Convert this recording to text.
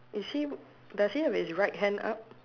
is she does he have his right hand up